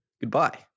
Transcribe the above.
goodbye